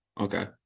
Okay